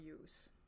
use